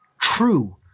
true